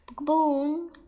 Boom